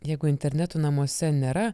jeigu interneto namuose nėra